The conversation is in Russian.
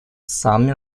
самыми